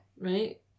Right